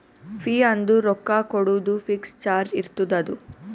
fee ಅಂದುರ್ ರೊಕ್ಕಾ ಕೊಡೋದು ಫಿಕ್ಸ್ ಚಾರ್ಜ್ ಇರ್ತುದ್ ಅದು